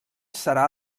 serà